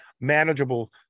manageable